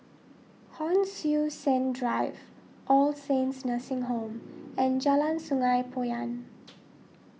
Hon Sui Sen Drive All Saints Nursing Home and Jalan Sungei Poyan